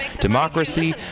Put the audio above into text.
democracy